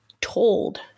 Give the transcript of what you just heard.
told